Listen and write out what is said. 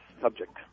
subject